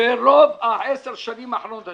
ברוב עשר השנים האחרונות,